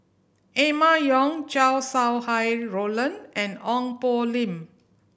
Emma Yong Chow Sau Hai Roland and Ong Poh Lim